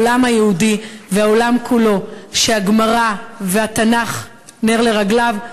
העולם היהודי והעולם כולו שהגמרא והתנ"ך נר לרגליו,